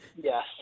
Yes